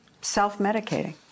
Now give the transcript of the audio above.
Self-medicating